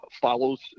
follows